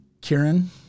Kieran